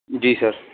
جی سر